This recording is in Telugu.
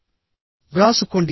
కొన్ని పాయింట్లు వ్రాసుకోండి